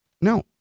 No